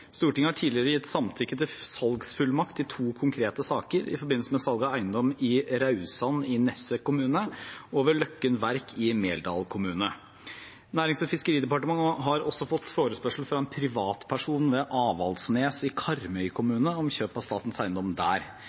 Stortinget har tidligere gitt samtykke til salgsfullmakt i to konkrete saker i forbindelse med salg av eiendom i Raudsand i Nesset kommune og ved Løkken Verk i Meldal kommune. Nærings- og fiskeridepartementet har også fått forespørsel fra en privatperson ved Avaldsnes i Karmøy kommune om kjøp av statens eiendom der.